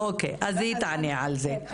אוקיי, אז היא תענה על זה.